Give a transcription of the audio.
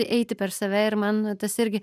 eiti per save ir man nu tas irgi